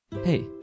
Hey